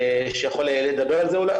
שיכול לדבר על זה אולי,